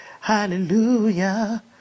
Hallelujah